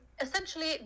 essentially